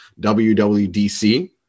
WWDC